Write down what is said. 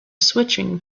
switching